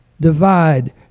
divide